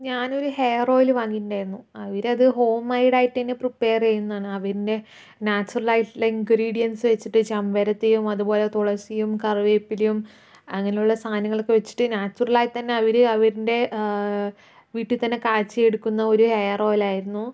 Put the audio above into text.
ഞാനൊരു hair oil വാങ്ങിയിട്ടുണ്ടായിരുന്നു അവരത് ഹോം മെയ്ഡ് ആയിട്ടുതന്നെ പ്രിപ്പയർ ചെയ്യുന്നതാണ് അവരിന്റെ നാച്ചുറലായിട്ടുള്ള ഇൻഗ്രീഡിയൻസ് വെച്ചിട്ട് ചെമ്പരത്തിയും അതുപോലെ തുളസിയും കറിവേപ്പിലയും അങ്ങനെയുള്ള സാധനങ്ങളൊക്കെ വച്ചിട്ട് നാച്ചുറലായി തന്നെ അവര് അവരിന്റെ വീട്ടിൽ തന്നെ കാച്ചി എടുക്കുന്ന ഒരു ഹെയർ ഓയിൽ ആയിരുന്നു